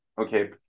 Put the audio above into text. okay